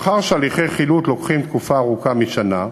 מאחר שהליכי חילוט לוקחים תקופה ארוכה משנה,